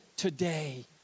today